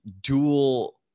dual